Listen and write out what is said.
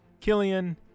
Killian